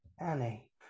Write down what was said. Annie